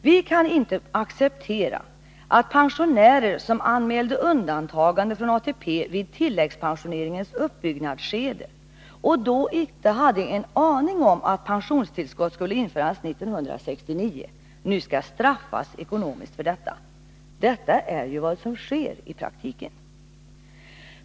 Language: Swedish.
Vi kan inte acceptera att pensionärer, som anmälde undantagande från ATP vid tilläggspensioneringens uppbyggnadsskede och då inte hade en aning om att pensionstillskott skulle införas 1969, nu skall straffas ekonomiskt för detta. Det är ju vad som sker i praktiken.